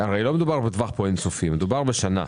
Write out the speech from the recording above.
הרי לא מדובר בטווח אין סופי, מדובר בשנה.